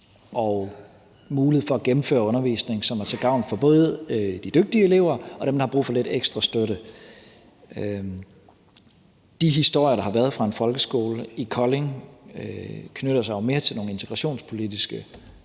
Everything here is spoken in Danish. og mulighed for at gennemføre undervisning, som er til gavn for både de dygtige elever og dem, der har brug for lidt ekstra støtte. De historier, der har været, fra en folkeskole i Kolding, knytter sig jo mere til nogle integrationspolitiske